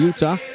Utah